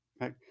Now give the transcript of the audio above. right